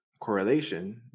correlation